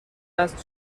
است